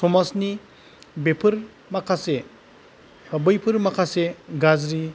समाजनि बेफोर माखासे बैफोर माखासे गाज्रि